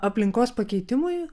aplinkos pakeitimui